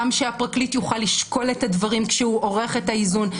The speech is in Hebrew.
וגם שהפרקליט יוכל לשקול את הדברים כשהוא עורך את האיזון.